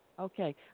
Okay